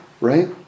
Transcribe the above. right